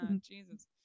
Jesus